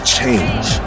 change